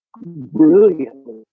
brilliantly